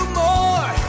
more